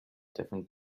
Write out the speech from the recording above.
different